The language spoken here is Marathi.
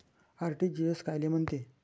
आर.टी.जी.एस कायले म्हनते?